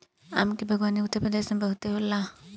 आम के बागवानी उत्तरप्रदेश में बहुते होला